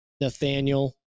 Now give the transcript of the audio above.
Nathaniel